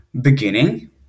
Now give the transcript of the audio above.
beginning